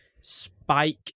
spike